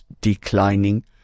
declining